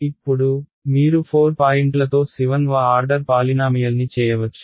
ఇప్పుడు మీరు 4 పాయింట్లతో 7 వ ఆర్డర్ పాలినామియల్ని చేయవచ్చు